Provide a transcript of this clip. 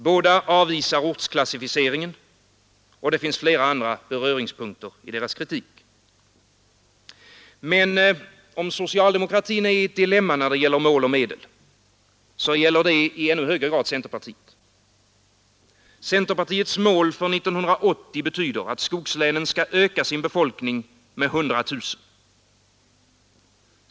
Båda avvisar ortsklassificeringen, och det finns flera andra beröringspunkter i deras kritik. Men om socialdemokratin är i ett dilemma när det gäller mål och medel, så gäller det i ännu högre grad centerpartiet. Centerpartiets mål för 1980 betyder att skogslänen skall öka sin befolkning med 100 000.